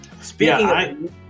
Speaking